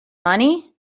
money